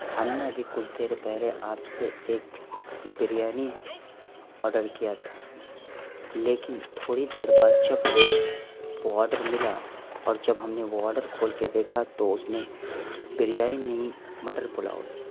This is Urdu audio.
ہم نے ابھی کچھ دیر پہلے آپ سے ایک بریانی آڈر کیا تھا لیکن تھوڑی دیر بعد جب ہمیں وہ آڈر ملا اور جب ہم نے وہ آڈر کھول کے دیکھا تو اس میں بریانی نہیں مٹر پلاؤ ہے